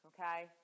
Okay